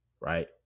right